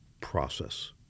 process